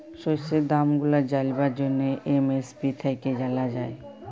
শস্যের দাম গুলা জালবার জ্যনহে এম.এস.পি থ্যাইকে জালা যায়